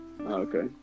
Okay